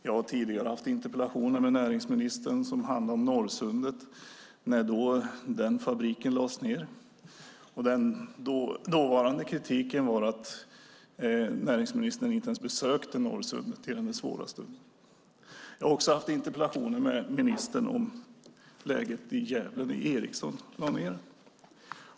Jag har tidigare haft interpellationsdebatter med näringsministern om Norrsundet när den fabriken lades ned, och den dåvarande kritiken var att näringsministern inte ens besökte Norrsundet i den svåra stunden. Jag har också haft interpellationsdebatter med ministern om läget i Gävle när Ericsson lade ned.